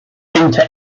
inter